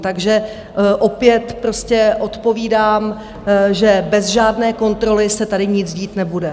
Takže opět odpovídám, že bez žádné kontroly se tady nic dít nebude.